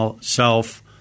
self